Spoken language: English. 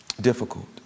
difficult